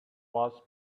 was